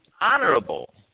honorable